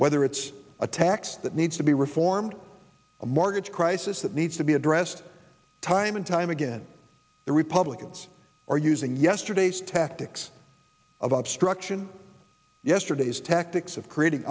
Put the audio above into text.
whether it's a tax that needs to be reformed a mortgage crisis that needs to be addressed time and time again the republicans are using yesterday's tactics of obstruction yesterday's tactics of creating